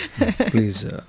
please